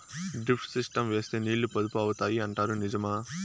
Drip system వేస్తే నీళ్లు పొదుపు అవుతాయి అంటారు నిజమా?